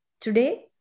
Today